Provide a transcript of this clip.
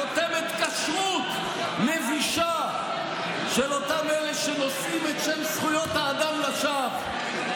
בחותמת כשרות מבישה של אותם אלה שנושאים את שם זכויות האדם לשווא,